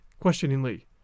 questioningly